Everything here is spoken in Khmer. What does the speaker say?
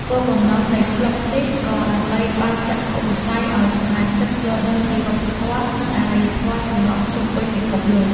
គោលបំណងនៃក្លឹបនេះ ក៏ដើម្បីបើកចក្ខុវិស័យឱ្យសមាជិកយល់ដឹងពីវប្បធម៌ និងអរិយធម៌ចម្រុះជុំវិញពិភពលោក។